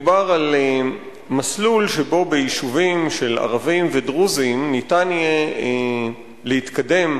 מדובר על מסלול שבו ביישובים של ערבים ודרוזים ניתן יהיה להתקדם